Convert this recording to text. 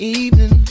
evening